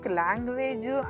language